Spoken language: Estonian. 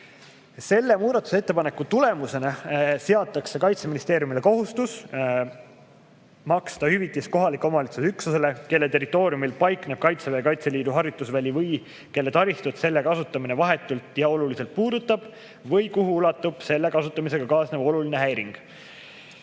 Selle muudatusettepaneku tulemusena seatakse Kaitseministeeriumile kohustus maksta hüvitist kohalikule omavalitsusüksusele, mille territooriumil paikneb Kaitseväe ja Kaitseliidu harjutusväli või kelle taristut selle kasutamine vahetult ja oluliselt puudutab või kuhu ulatub selle kasutamisega kaasnev oluline häiring.